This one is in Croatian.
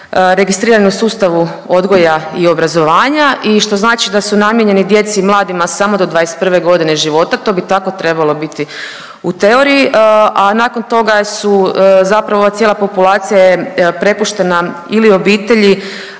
registrirani u sustavu odgoja i obrazovanja i što znači da su namijenjeni djeci i mladima samo do 21 godine života. To bi tako trebalo biti u teoriji, a nakon toga su zapravo ova cijela populacija je prepuštena ili obitelji